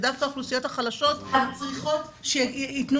שדווקא האוכלוסיות החלשות צריכות שיתנו